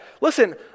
Listen